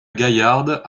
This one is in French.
gaillarde